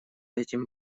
этим